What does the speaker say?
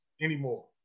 anymore